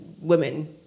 women